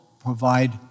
provide